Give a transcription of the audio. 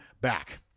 back